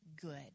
good